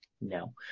No